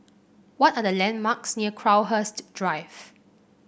what are the landmarks near Crowhurst Drive